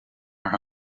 maar